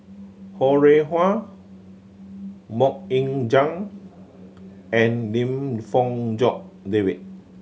Ho Rih Hwa Mok Ying Jang and Lim Fong Jock David